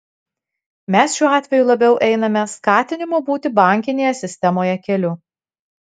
mes šiuo atveju labiau einame skatinimo būti bankinėje sistemoje keliu